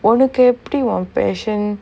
ஒனக்கு எப்டி:onakku epdi passion